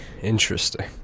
interesting